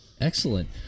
excellent